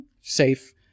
safe